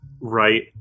Right